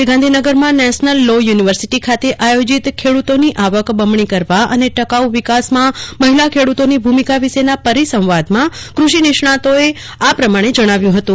આજે ગાંધીનગરમાં national law university ખાતે આયોજિત ખેડૂતોની આવક બમણી કરવા અને ટકાઉ વિકાસમાં મહિલા ખેડૂતોની ભૂમિકા વિશ્રોના પરિસંવાદમાં કૂષિ નિષ્ણાંતોમાં આ પ્રમાજ્ઞે જજ્ઞાવાયું હતું